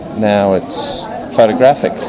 now it's photographic,